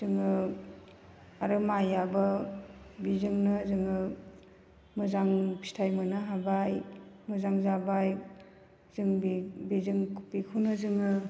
जोङो आरो माइआबो बिजोंनो जोङो मोजां फिथाइ मोननो हाबाय मोजां जाबाय जों बेजों बेखौनो जोङो